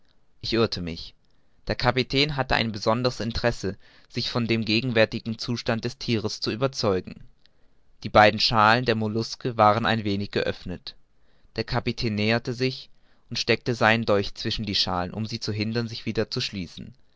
ich irrte mich der kapitän hatte ein besonderes interesse sich von dem gegenwärtigen zustand des thieres zu überzeugen die beiden schalen der molluske waren ein wenig geöffnet der kapitän näherte sich und steckte seinen dolch zwischen die schalen um sie zu hindern sich wieder zu schließen